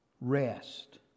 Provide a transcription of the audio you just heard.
rest